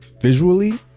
visually